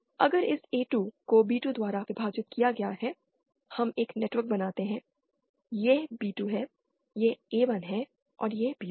अब इस A2 को B2 द्वारा विभाजित किया गया है हम एक नेटवर्क बनाते हैं यह B2 है यह A1 है और यह B1 है